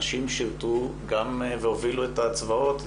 נשים שירתו והובילו את הצבאות,